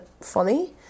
funny